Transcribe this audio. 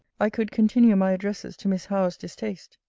i could continue my addresses to miss howe's distaste.